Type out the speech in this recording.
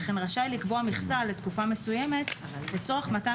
וכן רשאי לקבוע מכסה לתקופה מסוימת לצורך מתן